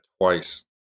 twice